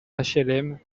hlm